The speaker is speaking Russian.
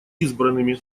избранными